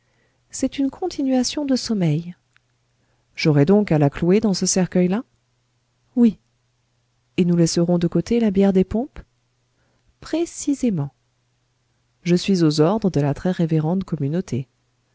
c'est une continuation de sommeil j'aurai donc à la clouer dans ce cercueil là oui et nous laisserons de côté la bière des pompes précisément je suis aux ordres de la très révérende communauté